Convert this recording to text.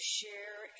share